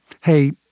hey